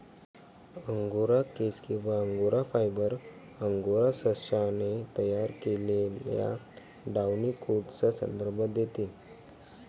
angora केस किंवा angora fibre, angora सशाने तयार केलेल्या डाउनी कोटचा संदर्भ देते